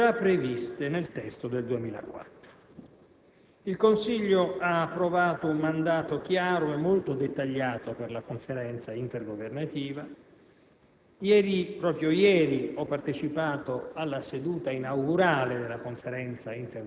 relative al funzionamento delle istituzioni europee, che erano già previste nel testo del 2004. Il Consiglio europeo ha approvato un mandato chiaro e molto dettagliato per la Conferenza intergovernativa.